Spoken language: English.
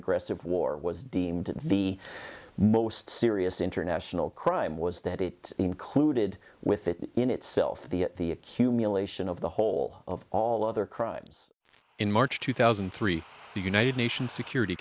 aggressive war was deemed the most serious international crime was that it included with it in itself to be at the accumulation of the whole of all other crimes in march two thousand and three the united nations security